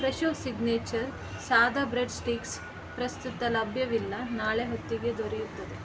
Fresho signature ಸಾದಾ bread sticks ಪ್ರಸ್ತುತ ಲಭ್ಯವಿಲ್ಲ ನಾಳೆ ಹೊತ್ತಿಗೆ ದೊರೆಯುತ್ತದೆ